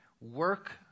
work